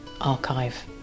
archive